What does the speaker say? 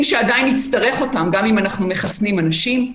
שעדיין נצטרך אותם גם אם אנחנו מחסנים אנשים,